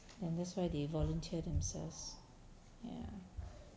and that's why they volunteer themselves ya